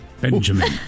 Benjamin